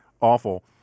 awful